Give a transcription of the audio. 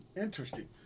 Interesting